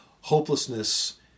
hopelessness